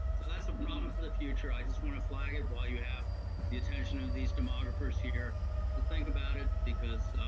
that's a problem for the future, i just wanna flag it while you have the attention of these demographers here to think about it, because